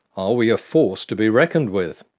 are we a force to be reckoned with?